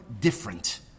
different